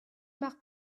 mar